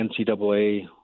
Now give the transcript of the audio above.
NCAA